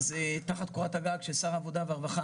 תחת קורת הגג של שר הרווחה